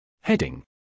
Heading